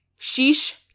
Sheesh